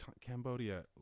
Cambodia